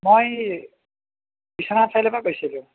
মই বিশ্বনাথ চাৰিআলিৰপৰা কৈছিলোঁ